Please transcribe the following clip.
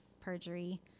perjury